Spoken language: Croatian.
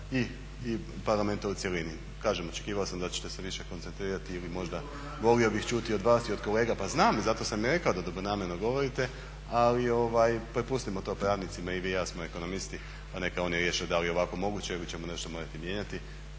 i Parlamenta u cjelini. Kažem, očekivao sam da ćete se više koncentrirati ili možda volio bih čuti od vas i od kolega … /Upadica se ne razumije./… Pa znam, zato sam i rekao da dobronamjerno govorite ali prepustimo to pravnicima. I vi i ja smo ekonomisti, a neka oni riješe da li je ovako moguće ili ćemo nešto morati mijenjati.